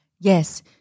Yes